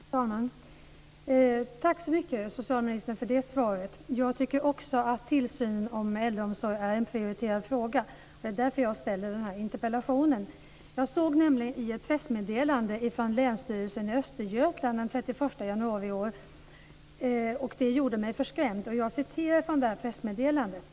Fru talman! Tack så mycket för svaret, socialministern. Också jag tycker att tillsynen av äldreomsorgen är en prioriterad fråga. Det är därför som jag ställer interpellationen. Jag såg i ett pressmeddelande från Länsstyrelsen i Östergötland den 31 januari i år något som gjorde mig förskrämd. Jag ska citera från pressmeddelandet.